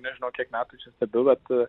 nežinau kiek metų čia stebiu bet